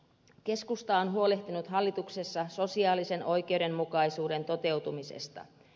keskusta on huolehtinut hallituksessa sosiaalisen oikeudenmukaisuuden toteutumisesta